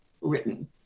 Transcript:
written